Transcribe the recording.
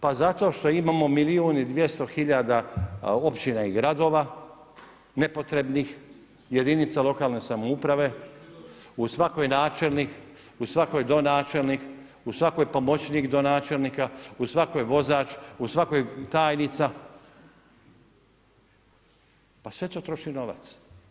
Pa zato što imamo milijun i 200 hiljada općina i gradova, nepotrebnih jedinica lokalne samouprave, u svakoj načelnik, u svakoj do načelnik, u svakoj pomoćnik donačelnika, u svakoj vozač, u svakoj tajnica, pa sve to troši novac.